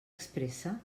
expressa